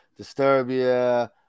Disturbia